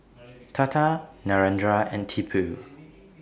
Tata Narendra and Tipu